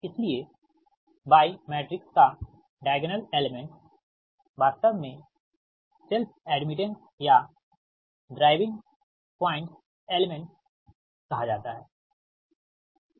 इसलिए y matrix का diagonal elements वास्तव में सेल्फ एड्मिटेंस या ड्राइविंग पॉइंट्स एलेमेंट्स कहा जाता है ठीक